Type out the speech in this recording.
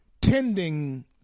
tending